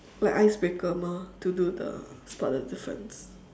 like ice breaker mah to do the spot the difference